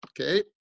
Okay